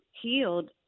healed